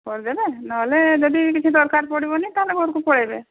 କରିଦେବେ ନ ହେଲେ ଯଦି କିଛି ଦରକାର ପଡ଼ିବନି ତାହାଲେ ଘରକୁ ପଳେଇବେ